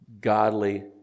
godly